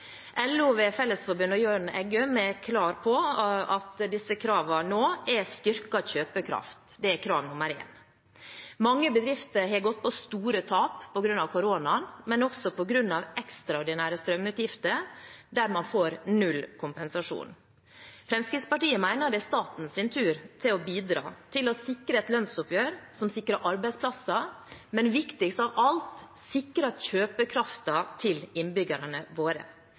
LO og Fellesforbundet, ved Jørn-Henning Eggum, er klar på at kravet nå er styrket kjøpekraft. Det er krav nr. én. Mange bedrifter har gått på store tap på grunn av koronaen, men også på grunn av ekstraordinære strømutgifter, der man får null kompensasjon. Fremskrittspartiet mener det er staten sin tur til å bidra til å sikre et lønnsoppgjør som sikrer arbeidsplasser, men viktigst av alt sikrer kjøpekraften til innbyggerne våre.